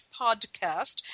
Podcast